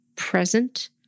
present